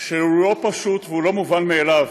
שהוא לא פשוט והוא לא מובן מאליו,